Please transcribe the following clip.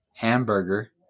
hamburger